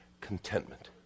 Contentment